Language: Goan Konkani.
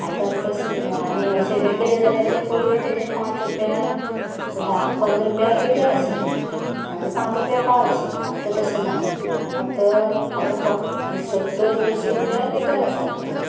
आतां तशें आनी अशें विकलें जाल्यार तें पयलू पांच रुपया पंदरा रुपया लिटर आशिल्लें आनी पांच रुपया पाव आशिल्लो आतां तशें ना आतां आतां फक्त सत्तर अंयशीं रुपया लिटर आसा दूद